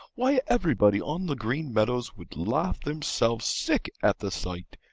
why, everybody on the green meadows would laugh themselves sick at the sight!